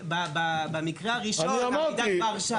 במקרה הראשון המידע כבר שם.